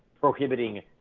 prohibiting